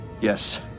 Yes